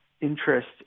interest